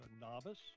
novice